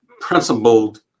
principled